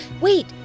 wait